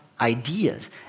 ideas